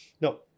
No